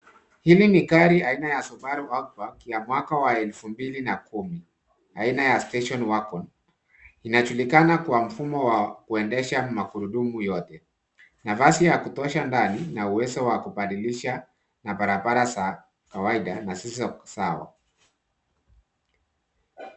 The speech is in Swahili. Hili ni gari aina ya Subaru Outback wa miaka elfu mbili na kumi na mbili. Aina ya station wargon inajulikana kwa mfumo wa kuondesha magurudumu yote. Nafasi wa kutosha ndani una uwezo wakubadilisha na barabara za kawaida na sisi wako sawa.